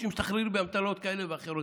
משתחרים באמתלות כאלה ואחרות,